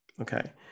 Okay